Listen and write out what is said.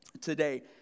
today